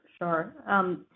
sure